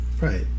Right